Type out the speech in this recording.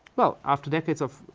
well after decades of